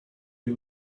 you